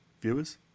viewers